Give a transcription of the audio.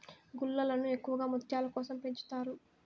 గుల్లలను ఎక్కువగా ముత్యాల కోసం పెంచుతారు